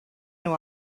nhw